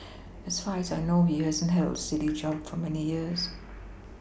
as far as I know he hasn't held a steady job for many years